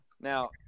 now